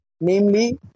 namely